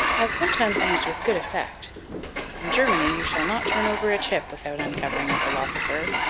as sometimes used with good effect in germany you shall not turn over a chip without uncovering a philosopher.